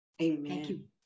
Amen